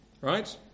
right